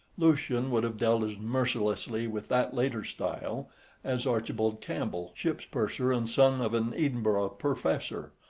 lucian would have dealt as mercilessly with that later style as archibald campbell, ship's purser and son of an edinburgh professor,